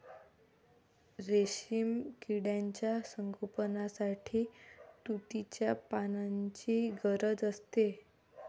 रेशीम किड्यांच्या संगोपनासाठी तुतीच्या पानांची गरज असते